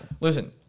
listen